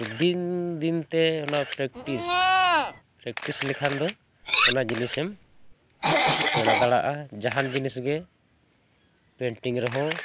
ᱫᱤᱱ ᱫᱤᱱ ᱛᱮ ᱚᱱᱟ ᱯᱨᱮᱠᱴᱤᱥ ᱯᱨᱮᱠᱴᱤᱥ ᱞᱮᱠᱷᱟᱱ ᱫᱚ ᱚᱱᱟ ᱡᱤᱱᱤᱥᱮᱢ ᱥᱮᱬᱟ ᱫᱟᱲᱮᱭᱟᱜᱼᱟ ᱡᱟᱦᱟᱱ ᱡᱤᱱᱤᱥ ᱜᱮ ᱯᱮᱱᱴᱤᱝ ᱨᱮᱦᱚᱸ